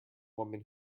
woman